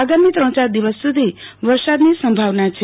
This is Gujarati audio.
આગામી ત્રણ ચાર દિવસ સુધી વરસાદની સંભાવના છે